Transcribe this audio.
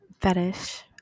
fetish